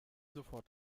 sofort